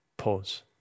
pause